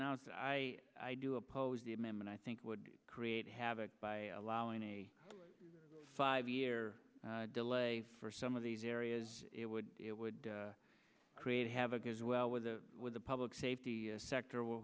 announced i do oppose the amendment i think would create havoc by allowing a five year delay for some of these areas it would it would create havoc as well with the with the public safety sector